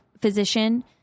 physician